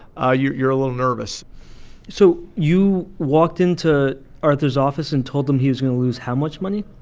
ah you're you're a little nervous so you walked into arthur's office and told him he was going to lose how much money?